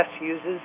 uses